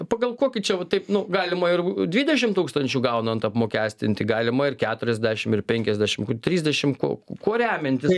pagal kokį čia va taip nu galima ir dvidešim tūkstančių gaunant apmokestinti galima ir keturiasdešim ir penkiasdešim kur trisdešim ko kuo remiantis